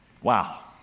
Wow